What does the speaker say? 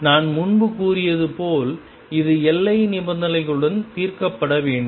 நான் முன்பு கூறியது போல் இது எல்லை நிபந்தனைகளுடன் தீர்க்கப்பட வேண்டும்